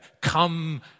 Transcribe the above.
come